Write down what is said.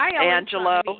Angelo